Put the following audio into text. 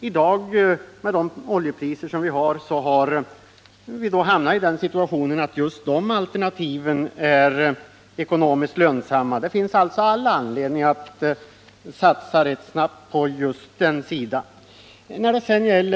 I dag, med nuvarande oljepriser, har vi hamnat i den situationen att just de alternativen är ekonomiskt lönsamma. Det finns alltså all anledning att ganska snabbt satsa på just den sidan när det gäller energiproduktion.